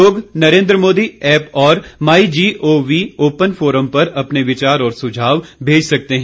लोग नरेन्द्र मोदी ऐप और my G O V open forum पर अपने विचार और सुझाव भेज सकते हैं